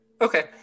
Okay